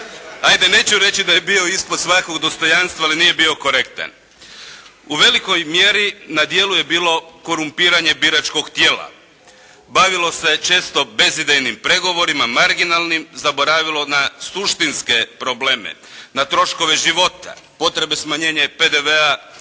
ajde neću reći da je bio ispod svakog dostojanstva, ali nije bio korektan. U velikoj mjeri na djelu je bilo korumpiranje biračkog tijela, bavilo se često bezidejnim pregovorima, marginalnim, zaboravilo na suštinske probleme, na troškove života, potrebe smanjenja PDV-a